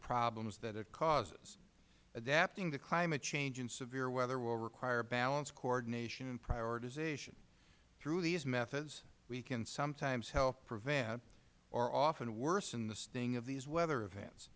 problems that it causes adapting to climate change in severe weather will require balance coordination and prioritization through these methods we can sometimes help prevent or often worsen the sting of these weather events